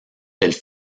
elle